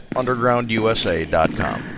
undergroundusa.com